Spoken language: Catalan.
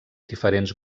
diferents